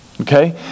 Okay